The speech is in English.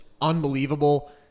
unbelievable